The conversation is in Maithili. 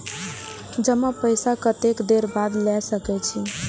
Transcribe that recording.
जमा पैसा कतेक देर बाद ला सके छी?